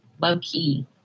low-key